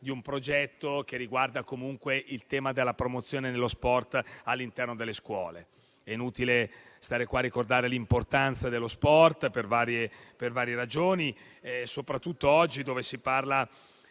di un progetto che riguarda il tema della promozione dello sport all'interno delle scuole. È inutile ricordare l'importanza dello sport per varie ragioni, soprattutto oggi, quando si parla